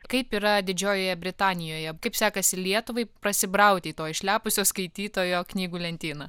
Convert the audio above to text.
kaip yra didžiojoje britanijoje kaip sekasi lietuvai prasibrauti į to išlepusio skaitytojo knygų lentyną